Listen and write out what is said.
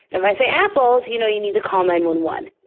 if i say apples, you know, you need to call nine one one.